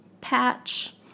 patch